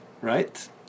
right